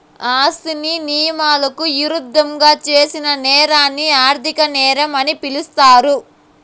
ఆస్తిని నియమాలకు ఇరుద్దంగా చేసిన నేరాన్ని ఆర్థిక నేరం అని పిలుస్తారు